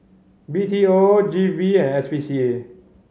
B T O G V and S P C A